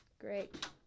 great